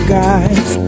guys